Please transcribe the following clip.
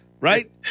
Right